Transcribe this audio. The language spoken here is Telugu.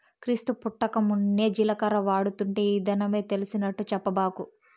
క్రీస్తు పుట్టకమున్నే జీలకర్ర వాడుతుంటే ఈ దినమే తెలిసినట్టు చెప్పబాకు